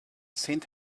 saint